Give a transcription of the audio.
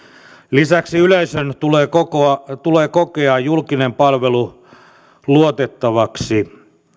lisäksi yleisön tulee kokea julkinen palvelu luotettavaksi